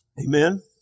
Amen